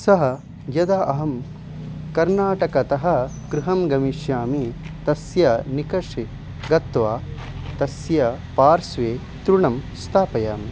सः यदा अहं कर्नाटकतः गृहं गमिष्यामि तस्य निकषे गत्वा तस्य पार्श्वे तृणं स्थापयामि